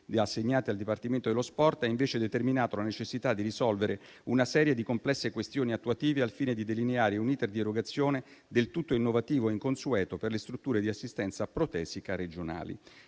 assegnate al Dipartimento dello sport, ha invece determinato la necessità di risolvere una serie di complesse questioni attuative, al fine di delineare un *iter* di erogazione del tutto innovativo e inconsueto per le strutture di assistenza protesica regionali.